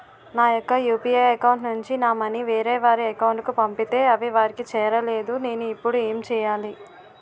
నా యెక్క UPI account నుంచి నా మనీ వేరే వారి అకౌంట్ కు పంపితే అవి వారికి చేరలేదు నేను ఇప్పుడు ఎమ్ చేయాలి?